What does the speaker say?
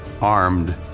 armed